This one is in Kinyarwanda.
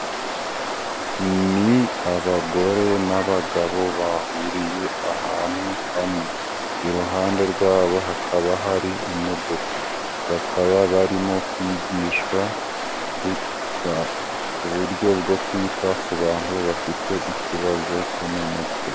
Ni abagore n'abagabo bahuriye ahantu hamwe, iruhande rwabo hakaba hari imodoka, bakaba barimo kwigishwa ku buryo bwo kwita ku bantu bafite ikibazo cyo mu mutwe.